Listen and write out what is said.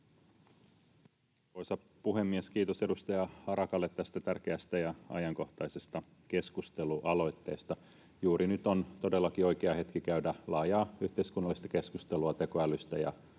Arvoisa puhemies! Kiitos edustaja Harakalle tästä tärkeästä ja ajankohtaisesta keskustelualoitteesta. Juuri nyt on todellakin oikea hetki käydä laajaa yhteiskunnallista keskustelua tekoälystä